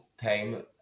time